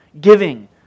giving